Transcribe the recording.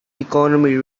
economy